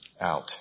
out